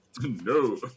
No